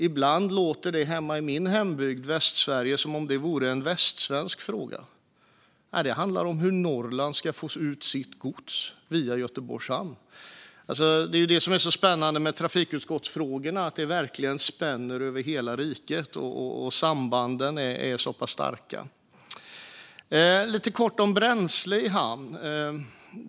I min hembygd i Västsverige låter det ibland som om det är en västsvensk fråga. Nej, det handlar om hur Norrland ska få ut sitt gods via Göteborgs hamn. Det är detta som är så spännande med trafikutskottsfrågorna - att de verkligen spänner över hela riket och att sambanden är så pass starka. Jag ska tala lite kort om bränsle i hamn.